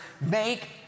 make